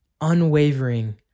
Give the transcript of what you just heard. unwavering